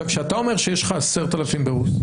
כשאתה אומר שיש לך 10,000 ברוסיה.